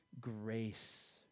grace